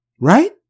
Right